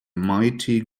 mighty